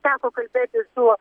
teko kalbėti su